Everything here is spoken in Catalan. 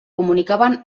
comunicaven